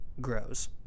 grows